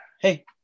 Hey